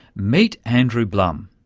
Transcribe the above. meet andrew blum.